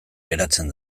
geratzen